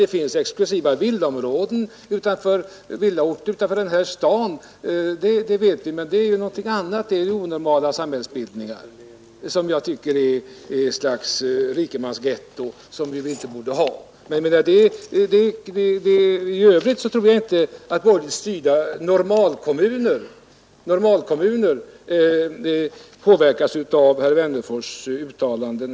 Det finns exklusiva villaområden utanför den här staden, det vet vi, men det är nagot annat, det är onormala samhällsbildningar som jag tycker är ett slags rikemansgetton som vi inte borde ha. Men i övrigt tror jag inte att borgerligt styrda normalkommuner i nämnvärd grad påverkas av herr Wennerfors” uttalanden.